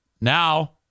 Now